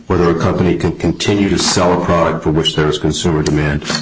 whether a company can continue to sell a product for which there is consumer demand